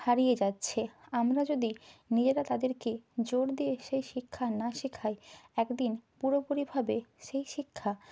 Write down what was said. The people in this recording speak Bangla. হারিয়ে যাচ্ছে আমরা যদি নিজেরা তাদেরকে জোর দিয়ে সেই শিক্ষা না শেখাই একদিন পুরোপুরিভাবে সেই শিক্ষা